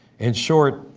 in short,